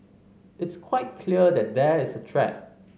it's quite clear that there is a threat